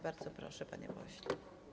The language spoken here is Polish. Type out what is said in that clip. Bardzo proszę, panie pośle.